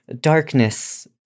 darkness